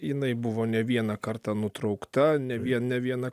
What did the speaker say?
jinai buvo ne vieną kartą nutraukta ne vien ne vieną